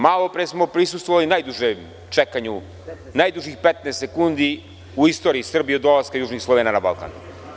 Malopre smo prisustvovali najdužem čekanju, najdužih 15 sekundi u istoriji Srbije od dolaska Južnih Slovena na Balkan.